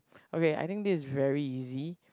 okay I think this is very easy